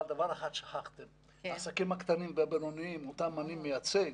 אבל דבר אחד שכחתם העסקים הקטנים והבינוניים אותם אני מייצג,